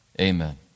Amen